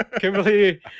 Kimberly